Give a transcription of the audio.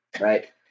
right